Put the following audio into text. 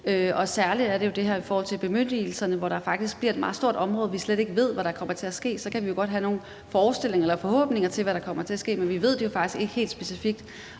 på. Særlig er der jo det her i forhold til bemyndigelserne, hvor der faktisk bliver et meget stort område, hvor vi slet ikke ved, hvad der kommer til at ske. Så kan vi godt have nogle forestillinger om eller forhåbninger til, hvad der kommer til at ske, men vi ved det jo faktisk ikke helt specifikt.